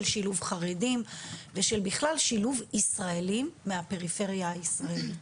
של שילוב חרדים ושל בכלל שילוב ישראליים מהפריפריה הישראלית.